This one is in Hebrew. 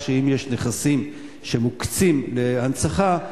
אם יש נכסים שמוקצים להנצחה,